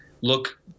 look